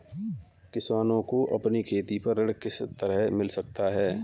किसानों को अपनी खेती पर ऋण किस तरह मिल सकता है?